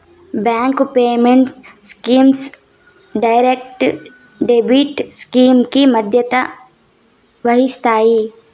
bank payment schemes direct debit scheme కి బాధ్యత వహిస్తాయి